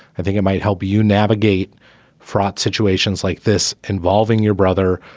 i think it might help you navigate fraught situations like this involving your brother,